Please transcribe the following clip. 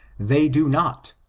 they do not,